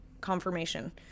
confirmation